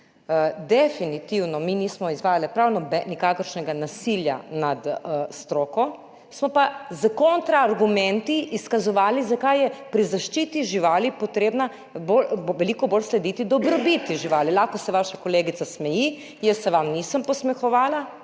Definitivno mi nismo izvajale prav nikakršnega nasilja nad stroko. Smo pa s kontraargumenti izkazovali, zakaj je pri zaščiti živali potrebno veliko bolj slediti dobrobiti živali. Lahko se vaša kolegica smeji. Jaz se vam nisem posmehovala,